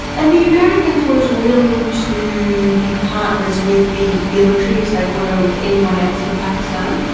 and the americans were as willing to be partners with the military as they were with anyone else in pakistan?